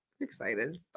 excited